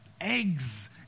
eggs